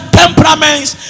temperaments